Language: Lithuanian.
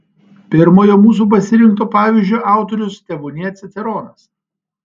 pirmojo mūsų pasirinkto pavyzdžio autorius tebūnie ciceronas